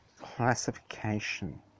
Classification